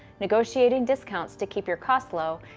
negotiating discounts to keep your costs low,